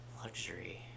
Luxury